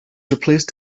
replaced